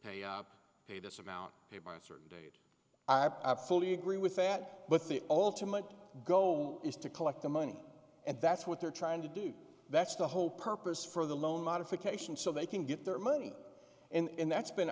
pay this amount paid by a certain date i fully agree with that but the ultimate goal is to collect the money and that's what they're trying to do that's the whole purpose for the loan modification so they can get their money and that's been